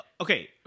Okay